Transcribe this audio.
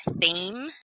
theme